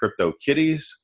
CryptoKitties